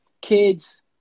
kids